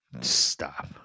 Stop